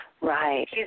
Right